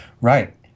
Right